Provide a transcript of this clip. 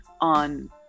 on